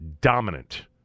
dominant